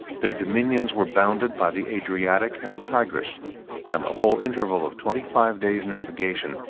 their dominions were bounded by the adriatic and the tigris and the whole interval of twenty-five days' navigation,